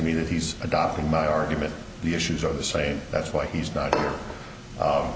me that he's adopting my argument the issues are the same that's why he's not